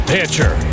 Pitcher